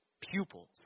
pupils